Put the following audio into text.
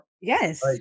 Yes